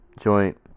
joint